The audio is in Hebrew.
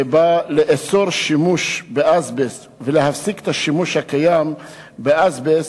ובא לאסור שימוש באזבסט ולהפסיק את השימוש הקיים באזבסט,